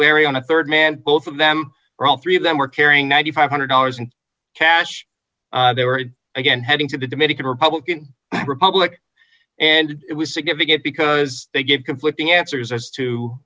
barry on the rd man both of them or all three of them were carrying nine thousand five hundred dollars in cash they were again heading to the dominican republican republic and it was significant because they gave conflicting answers as to